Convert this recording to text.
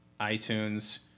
iTunes